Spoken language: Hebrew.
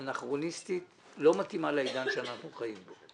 אנכרוניסטית ולא מתאימה לעידן בו אנחנו חיים.